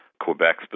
Quebec